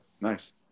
nice